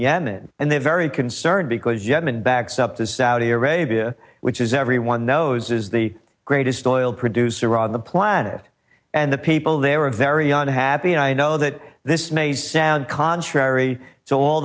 yemen and they're very concerned because yemen backs up to saudi arabia which is everyone knows is the greatest oil producer on the planet and the people there are very young happy and i know that this may sound contrary so all